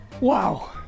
Wow